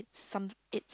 some it